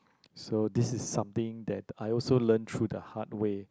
so this is something that I also learn through the hard way